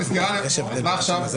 הישיבה ננעלה בשעה